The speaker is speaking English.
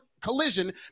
Collision